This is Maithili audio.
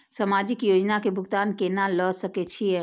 समाजिक योजना के भुगतान केना ल सके छिऐ?